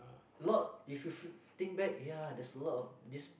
a lot if you think back ya there's a lot of this